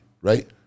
right